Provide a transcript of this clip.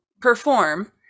perform